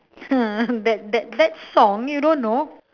that that that song you don't know